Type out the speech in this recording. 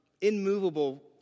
immovable